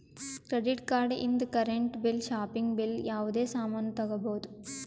credit card ಇಂದ್ current bill shopping bill ಯಾವುದೇ ಸಾಮಾನ್ನೂ ತಗೋಬೋದು